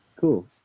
cool